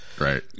Right